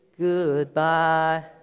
goodbye